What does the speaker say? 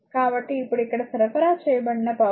కాబట్టి ఇప్పుడు ఇక్కడ సరఫరా చేయబడిన పవర్